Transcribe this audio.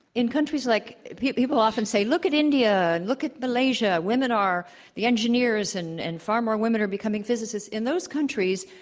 in countries like people often say, look at india, and look at malaysia. women are the engineers, and and far more women are becoming physicists. in those countries,